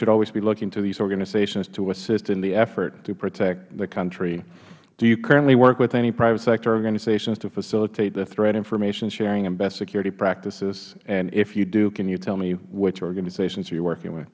should always be looking to these organizations to assist in the effort to protect the country do you currently work with any private sector organizations to facilitate the threat information sharing and best security practices and if you do can you tell me which organizations you are working with